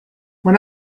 when